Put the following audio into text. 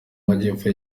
majyepfo